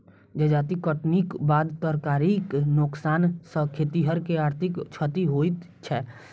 जजाति कटनीक बाद तरकारीक नोकसान सॅ खेतिहर के आर्थिक क्षति होइत छै